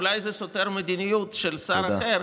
אולי זה סותר מדיניות של שר אחר,